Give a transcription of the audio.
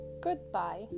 Goodbye